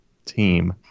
team